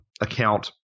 account